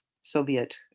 Soviet